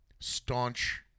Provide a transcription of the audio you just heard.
Staunch